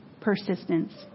persistence